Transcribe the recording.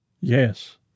Yes